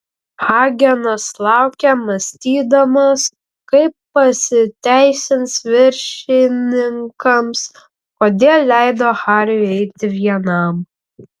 hagenas laukė mąstydamas kaip pasiteisins viršininkams kodėl leido hariui eiti vienam